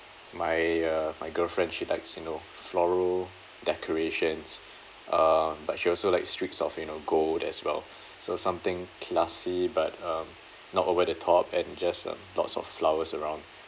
my uh my girlfriend she likes you know floral decorations uh but she also like streaks of you know gold as well so something classy but um not over the top and just a lots of flowers around